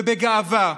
ובגאווה.